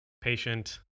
patient